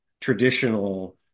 traditional